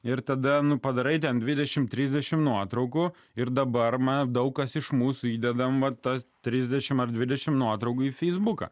ir tada nu padarai ten dvidešim trisdešim nuotraukų ir dabar man daug kas iš mūsų įdedam vat tas trisdešim ar dvidešim nuotraukų į feisbuką